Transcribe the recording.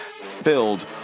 filled